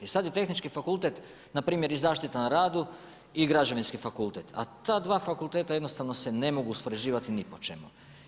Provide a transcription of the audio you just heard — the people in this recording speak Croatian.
I sad je tehnički fakultete, npr. i zaštita na radu i građevinski fakultet, a ta dva fakulteta jednostavno se ne mogu uspoređivati ni po čemu.